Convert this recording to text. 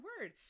word